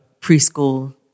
preschool